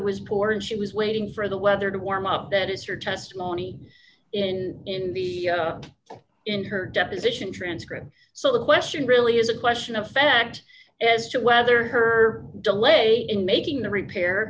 was poor and she was waiting for the weather to warm up that is her testimony in in the in her deposition transcript so the question really is a question of fact as to whether her delay in making the repair